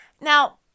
Now